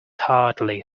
heartily